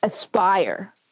aspire